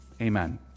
Amen